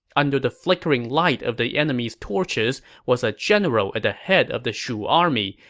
under the flickering light of the enemy's torches was a general at the head of the shu army,